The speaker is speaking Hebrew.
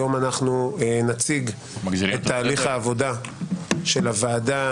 היום אנחנו נציג את תהליך העבודה של הוועדה,